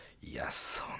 Yes